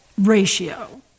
ratio